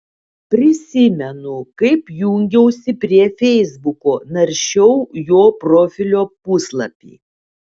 prisimenu kaip jungiausi prie feisbuko naršiau jo profilio puslapį